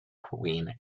queen